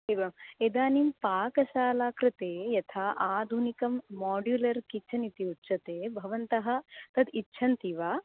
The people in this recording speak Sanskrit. एवम् इदानीं पाकशाला कृते यथा आधुनिकं मोड्युलर् किचन् इति उच्यते भवन्तः तद् इच्छन्ति वा